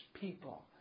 people